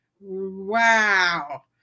wow